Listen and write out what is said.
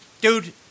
dude